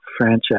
franchise